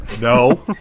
no